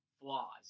flaws